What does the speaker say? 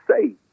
say